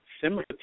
similar